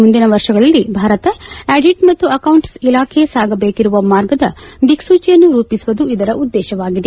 ಮುಂದಿನ ವರ್ಷಗಳಲ್ಲಿ ಭಾರತ ಆಡಿಟ್ ಮತ್ತು ಅಕೌಂಟ್ ್ ಇಲಾಖೆ ಸಾಗಬೇಕಿರುವ ಮಾರ್ಗದ ದಿಕ್ವೂಚಿಯನ್ನು ರೂಪಿಸುವುದು ಇದರ ಉದ್ದೇಶವಾಗಿದೆ